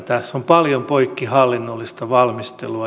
tässä on paljon poikkihallinnollista valmistelua